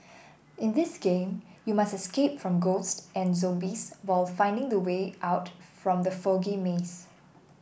in this game you must escape from ghosts and zombies while finding the way out from the foggy maze